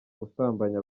gusambanya